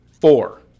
Four